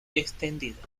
extendida